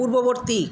পূর্ববর্তী